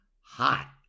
hot